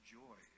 joy